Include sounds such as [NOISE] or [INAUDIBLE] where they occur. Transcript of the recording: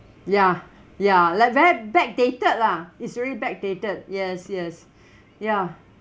ya ya like that backdated lah it's really backdated yes yes [BREATH] ya